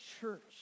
church